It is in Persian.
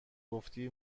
گفتی